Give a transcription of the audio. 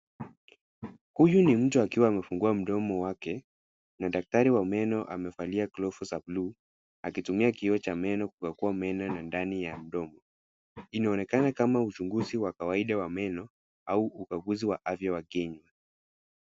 Huyu ni mtu akiwa amefungua mdomo wake na daktari wa meno amevalia glovu za buluu , akitumia kioo cha meno kukagua meno na ndani ya mdomo, inaonekana kama uchunguzi wa kawaida wa meno au ukaguzi wa afya wa kinywa.